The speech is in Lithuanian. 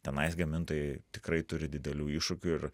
tenais gamintojai tikrai turi didelių iššūkių ir